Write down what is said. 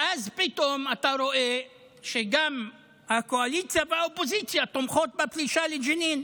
ואז פתאום אתה רואה שגם הקואליציה וגם האופוזיציה תומכות בפלישה לג'נין.